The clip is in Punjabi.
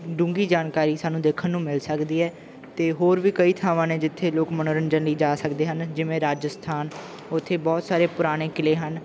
ਡੂੰਘੀ ਜਾਣਕਾਰੀ ਸਾਨੂੰ ਦੇਖਣ ਨੂੰ ਮਿਲ ਸਕਦੀ ਹੈ ਅਤੇ ਹੋਰ ਵੀ ਕਈ ਥਾਵਾਂ ਨੇ ਜਿੱਥੇ ਲੋਕ ਮਨੋਰੰਜਨ ਲਈ ਜਾ ਸਕਦੇ ਹਨ ਜਿਵੇਂ ਰਾਜਸਥਾਨ ਉੱਥੇ ਬਹੁਤ ਸਾਰੇ ਪੁਰਾਣੇ ਕਿਲ੍ਹੇ ਹਨ